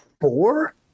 four